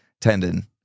tendon